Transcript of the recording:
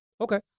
Okay